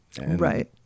Right